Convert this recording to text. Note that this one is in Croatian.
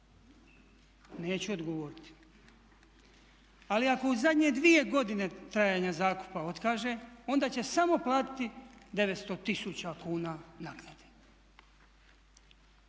Neću odgovoriti. Ali ako u zadnje dvije godine trajanja zakupa otkaže, onda će samo platiti 900 tisuća kuna naknade.